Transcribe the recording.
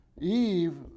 Eve